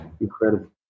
incredible